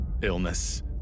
illness